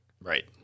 right